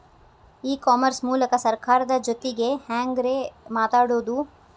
E commerce ಮೂಲಕ ಸರ್ಕಾರದ ಜೊತಿಗೆ ಹ್ಯಾಂಗ್ ರೇ ಮಾತಾಡೋದು?